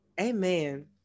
Amen